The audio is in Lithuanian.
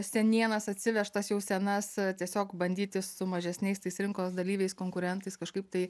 senienas atsivežtas jau senas tiesiog bandyti su mažesniais tais rinkos dalyviais konkurentais kažkaip tai